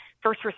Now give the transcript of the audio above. first